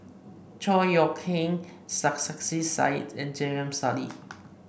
Chor Yeok Eng Sarkasi Said and J M Sali